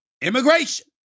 immigration